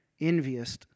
envious